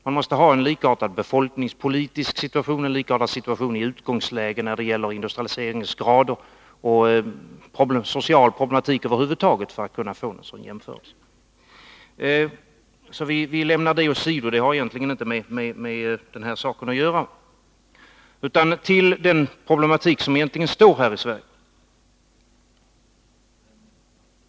Man måste ha en likartad befolkningspolitisk situation, en likartad situation i utgångsläget när det gäller industrialiseringsgrad och social problematik över huvud taget för att kunna få en sådan jämförelse. Vi lämnar detta åsido — det har egentligen inte med den här saken att göra. Låt oss i stället hålla oss till den problematik som egentligen står här i Sverige.